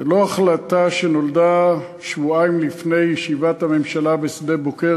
זו לא החלטה שנולדה שבועיים לפני ישיבת הממשלה בשדה-בוקר,